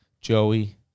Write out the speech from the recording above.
Joey